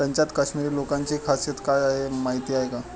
त्यांच्यात काश्मिरी लोकांची खासियत काय आहे माहीत आहे का?